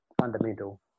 fundamental